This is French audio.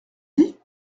dit